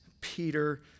Peter